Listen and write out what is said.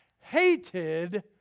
hated